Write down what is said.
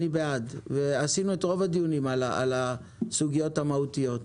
אני בעד ועשינו את רוב הדיונים על הסוגיות המהותיות.